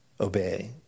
Obey